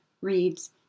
reads